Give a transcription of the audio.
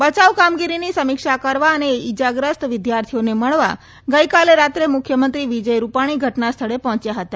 બચાવકામગીરીની સમીક્ષા કરવા અને ઇજાગ્રસ્ત વિદ્યાર્થીઓને મળવા ગઇકાલે રાત્રે મુખ્યમંત્રી વિજય રૂપાલી ઘટનાસ્થળે પહોંચ્યા હતા